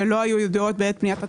שלא היו ידועות בעת בניית התקציב,